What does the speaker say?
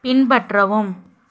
பின்பற்றவும்